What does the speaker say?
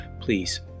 please